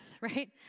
right